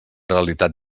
realitat